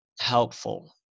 helpful